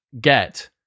get